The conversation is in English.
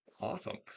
Awesome